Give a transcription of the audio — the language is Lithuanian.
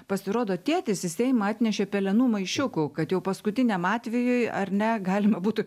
pasirodo tėtis į seimą atnešė pelenų maišiukų kad jau paskutiniam atvejui ar ne galima būtų